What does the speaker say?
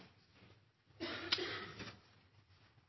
Ja,